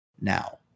now